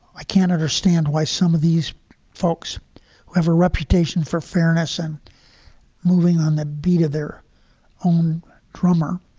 i can understand why some of these folks have a reputation for fairness in moving on the beat of their own drummer.